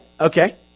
okay